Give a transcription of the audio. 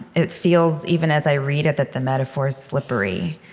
it feels, even as i read it, that the metaphor's slippery.